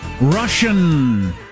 Russian